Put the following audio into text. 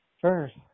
First